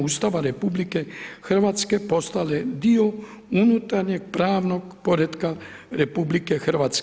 Ustava RH postale dio unutarnjeg pravnog poretka RH.